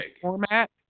format